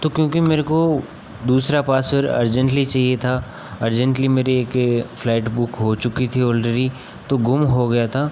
तो क्योंकि मेरे को दूसरा पासवर अर्जेन्टली चाहिए था अर्जेन्टली मेरी एक फ़्लाइट बुक हो चुकी थी ऑलरेडी तो गुम हो गया था